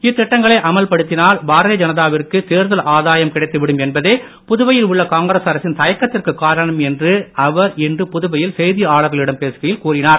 இத்திட்டங்களை அமல்படுத்தினால் பாரதீய ஜனதாவிற்கு தேர்தல் ஆதாயம் கிடைத்துவிடும் என்பதே புதுவையில் உள்ள காங்கிரஸ் அரசின் தயக்கத்திற்கு காரணம் என்று அவர் இன்று புதுவையில் செய்தியாளர்களிடம் பேசுகையில் கூறினார்